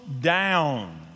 down